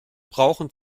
brauchen